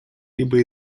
либо